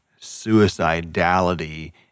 suicidality